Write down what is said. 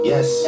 Yes